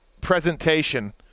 presentation